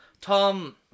Tom